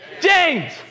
James